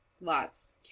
Lots